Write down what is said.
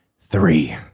three